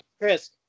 Chris